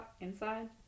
inside